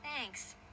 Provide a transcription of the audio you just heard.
Thanks